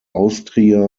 austria